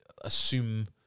assume